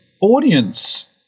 audience